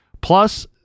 plus